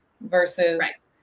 versus